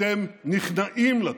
אתם נכנעים לטרור.